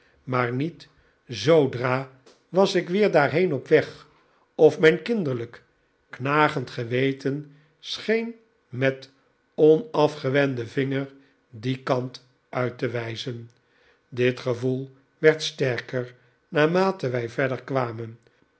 maar niet zoodra was ik weer daarheen op weg of mijn kinderlijk knagend geweten scheen met onafgewenden vinger dien kant uit te wijzen dit gevoel werd sterker naarmate wij verder kwamenj